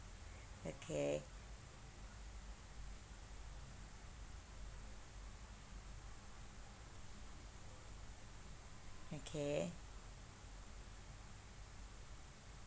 okay okay